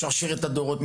שרשרת הדורות,